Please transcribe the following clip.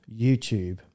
YouTube